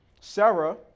Sarah